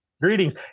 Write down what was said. Greetings